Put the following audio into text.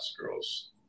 girls